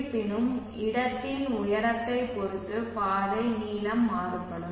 இருப்பினும் இடத்தின் உயரத்தைப் பொறுத்து பாதை நீளம் மாறுபடும்